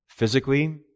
physically